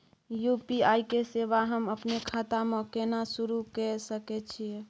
UPI के सेवा हम अपने खाता म केना सुरू के सके छियै?